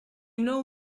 know